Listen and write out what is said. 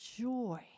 joy